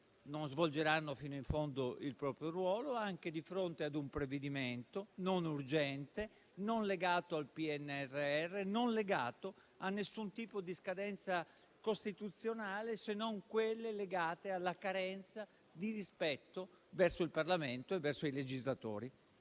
non svolgeranno fino in fondo il proprio ruolo, neanche di fronte a un provvedimento non urgente e non legato al PNRR, né ad alcun tipo di scadenza costituzionale, se non quelle legate alla carenza di rispetto verso il Parlamento e verso i legislatori,